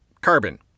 Carbon